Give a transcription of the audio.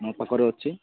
ମୋ ପାଖରେ ଅଛି